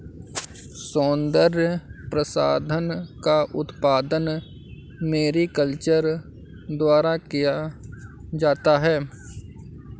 सौन्दर्य प्रसाधन का उत्पादन मैरीकल्चर द्वारा किया जाता है